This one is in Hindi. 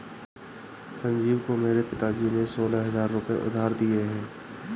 संजीव को मेरे पिताजी ने सोलह हजार रुपए उधार दिए हैं